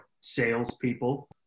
salespeople